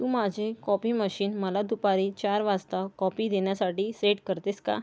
तू माझे copy machine मला दुपारी चार वाजता कॉपी देण्यासाठी सेट करतेस का